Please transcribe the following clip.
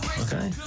okay